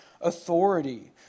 authority